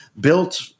built